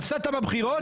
הפסדת בבחירות,